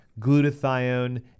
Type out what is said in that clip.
glutathione